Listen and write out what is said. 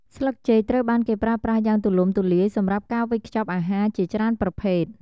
ស្លឹកចេកត្រូវបានគេប្រើប្រាស់យ៉ាងទូលំទូលាយសម្រាប់ការវេចខ្ចប់អាហារជាច្រើនប្រភេទ។